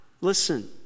listen